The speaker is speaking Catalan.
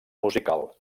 musical